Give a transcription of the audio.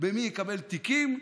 במי יקבל תיקים,